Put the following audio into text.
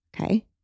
Okay